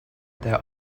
there